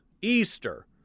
Easter